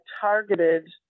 targeted